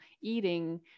eating